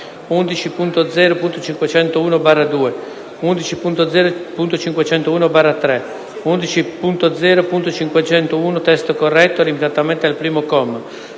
11.0.501/2, 11.0.501/3, 11.0.501 (testo corretto) (limitatamente al primo comma),